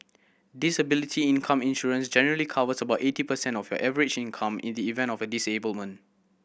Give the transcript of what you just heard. disability income insurance generally covers about eighty percent of your average income in the event of a disablement